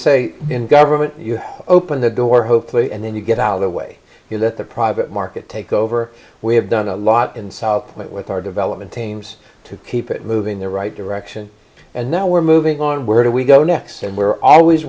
say in government you open the door hopefully and then you get out of the way you let the private market take over we have done a lot in southwest with our development teams to keep it moving the right direction and now we're moving on where do we go next and we're always